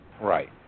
Right